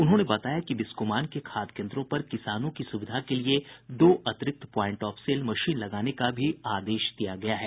उन्होंने बताया कि बिस्कोमान के खाद केंद्रों पर किसानों की सुविधा के लिये दो अतिरिक्त प्वाइंट ऑफ सेल मशीन लगाने का भी आदेश दिया गया है